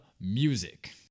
music